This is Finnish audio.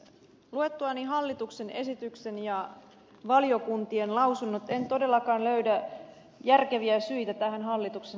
luettuani hallituksen esityksen ja valiokuntien lausunnot en todellakaan löydä järkeviä syitä tähän hallituksen esitykseen